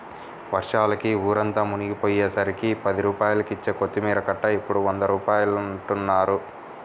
వర్షాలకి ఊరంతా మునిగిపొయ్యేసరికి పది రూపాయలకిచ్చే కొత్తిమీర కట్ట ఇప్పుడు వంద రూపాయలంటన్నారు